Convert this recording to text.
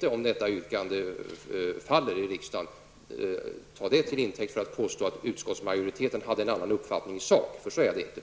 det. Om detta yrkande faller vid omröstningen tänker jag emellertid inte ta det till intäkt för att påstå att utskottsmajoriteten hade en annan uppfattning i sak. Så är det inte.